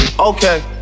Okay